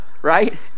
Right